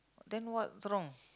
then what's wrong